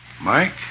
Mike